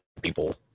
people